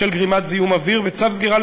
בשל גרימת זיהום אוויר וצו סגירה של